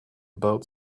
boat